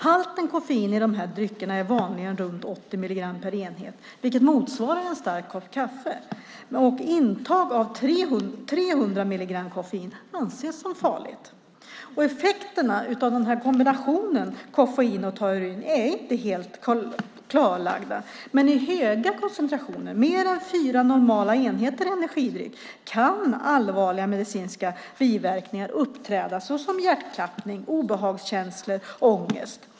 Halten koffein i dessa drycker är vanligen runt 80 milligram per enhet, vilket motsvarar en stark kopp kaffe. Intag över 300 mg koffein anses som farligt. Effekterna av kombinationen av koffein och taurin är inte helt klarlagda, men i höga koncentrationer, mer än fyra normala enheter energidryck, kan allvarliga medicinska biverkningar uppträda, såsom hjärtklappning, obehagskänslor och ångest.